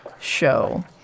show